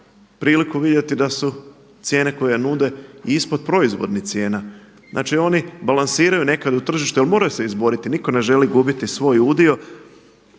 priliku vidjeti da su cijene koje nude i ispod proizvodnih cijena. Znači oni balansiraju nekada u tržište ali moraju se izboriti, nitko ne želi gubiti svoj udio.